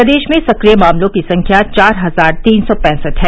प्रदेश में सक्रिय मामलों की संख्या चार हजार तीन सौ पैंसठ है